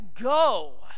go